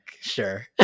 sure